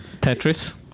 Tetris